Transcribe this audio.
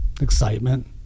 Excitement